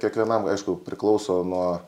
kiekvienam aišku priklauso nuo